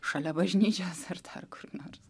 šalia bažnyčios ar dar kur nors